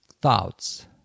thoughts